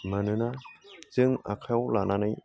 मानोना जों आखाइआव लानानै